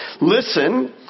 Listen